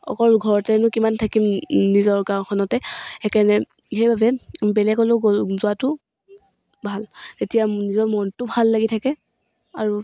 অকল ঘৰতেনো কিমান থাকিম নিজৰ গাঁওখনতে সেইকাৰণে সেইবাবে বেলেগলৈ গ'ল যোৱাটো ভাল তেতিয়া নিজৰ মনটো ভাল লাগি থাকে আৰু